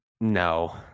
no